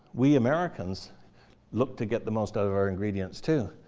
we americans look to get the most out of our ingredients too.